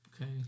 Okay